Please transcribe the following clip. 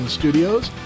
studios